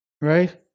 Right